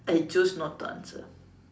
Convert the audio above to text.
I choose not to answer